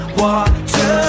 water